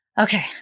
Okay